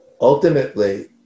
ultimately